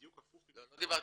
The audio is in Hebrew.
בדיוק הפוך --- לא,